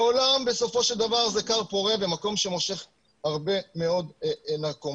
לעולם בסופו של דבר זה כר פורה במקום שמושך הרבה מאוד נרקומנים,